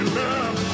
love